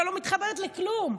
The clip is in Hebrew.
שלא מתחברת לכלום.